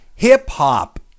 Hip-hop